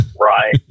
Right